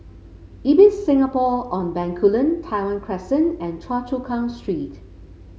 Ibis Singapore on Bencoolen Tai Hwan Crescent and Choa Chu Kang Street